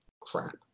crap